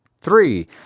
Three